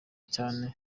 cyane